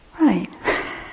Right